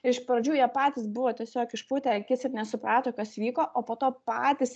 iš pradžių jie patys buvo tiesiog išpūtę akis ir nesuprato kas vyko o po to patys